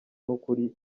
n’ukuri